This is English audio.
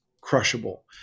crushable